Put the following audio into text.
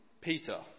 Peter